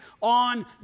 on